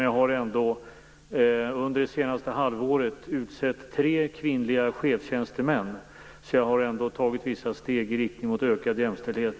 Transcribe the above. Jag har under det senaste halvåret utsett tre kvinnliga cheftjänstemän, så jag har ändå tagit vissa steg i riktning mot ökad jämställdhet.